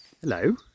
Hello